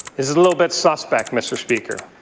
is a little bit suspect, mr. speaker.